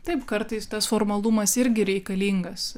taip kartais tas formalumas irgi reikalingas